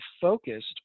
focused